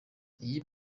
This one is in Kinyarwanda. iyi